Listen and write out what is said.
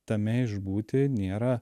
tame išbūti nėra